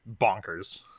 bonkers